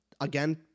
again